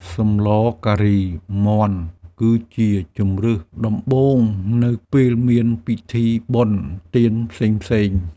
សម្លការីមាន់គឺជាជម្រើសដំបូង នៅពេលមានពិធីបុណ្យទានផ្សេងៗ។